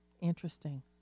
Interesting